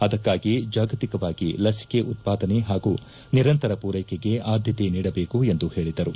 ಅದಕ್ಕಾಗಿ ಜಾಗತಿಕವಾಗಿ ಲಸಿಕೆ ಉತ್ಪಾದನ ಹಾಗೂ ನಿರಂತರ ಮೂರೈಕೆಗೆ ಆದ್ಯತೆ ನೀಡಬೇಕು ಎಂದು ಪೇಳದರು